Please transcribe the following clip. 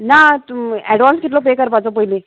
ना तूं एडवांस कितलो पे करपाचो पयली